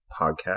podcast